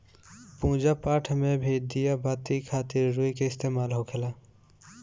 पूजा पाठ मे भी दिया बाती खातिर रुई के इस्तेमाल होखेला